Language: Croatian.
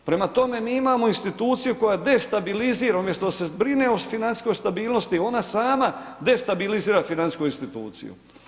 Prema tome, mi imamo instituciju koja destabilizira, umjesto da se brine o financijskoj stabilnosti, ona sama destabilizira financijsku instituciju.